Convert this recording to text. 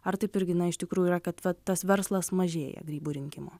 ar taip irgi na iš tikrųjų yra kad va tas verslas mažėja grybų rinkimo